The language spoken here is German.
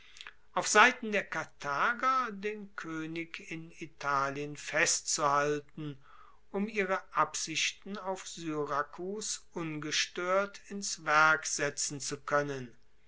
auf seiten der karthager den koenig in italien festzuhalten um ihre absichten auf syrakus ungestoert ins werk setzen zu koennen